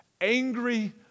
angry